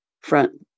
front